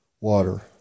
water